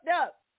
up